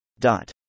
Dot